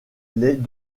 les